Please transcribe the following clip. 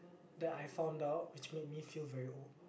that I found out which made me feel very old